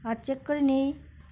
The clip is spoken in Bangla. আর চেক করিনি